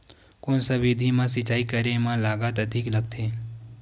कोन सा विधि म सिंचाई करे म लागत अधिक लगथे?